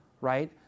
right